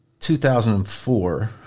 2004